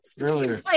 earlier